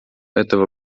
этого